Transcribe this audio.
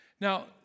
Now